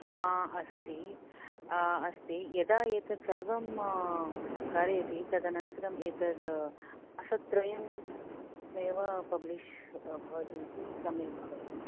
अस्ति अस्ति यदा एतत् सर्वं कारयति तदनन्तरम् एतत् मासत्रयम् एव पब्लिश् भवति सम्यक् भवति